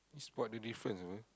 spot the difference apa